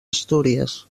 astúries